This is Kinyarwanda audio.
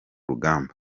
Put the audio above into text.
rugamba